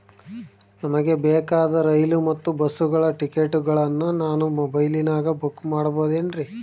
ನಮಗೆ ಬೇಕಾದ ರೈಲು ಮತ್ತ ಬಸ್ಸುಗಳ ಟಿಕೆಟುಗಳನ್ನ ನಾನು ಮೊಬೈಲಿನಾಗ ಬುಕ್ ಮಾಡಬಹುದೇನ್ರಿ?